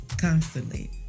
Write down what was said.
constantly